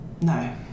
No